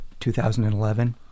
2011